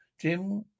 Jim